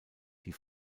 die